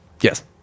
Yes